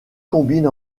combine